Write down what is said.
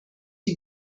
die